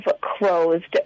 closed